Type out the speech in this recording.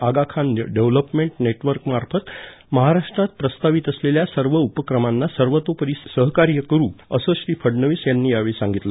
आगा Khan development नेटवर्कमार्फत महाराष्ट्रात प्रस्तावित असलेल्या सर्व उपक्रमांना सर्वतोपरि सहकार्य करू असं श्री फडणवीस यांनी यावेळी सांगितलं